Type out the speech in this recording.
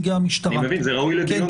זה ראוי לדיון,